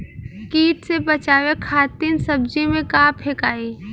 कीट से बचावे खातिन सब्जी में का फेकाई?